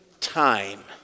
time